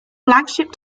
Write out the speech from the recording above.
flagship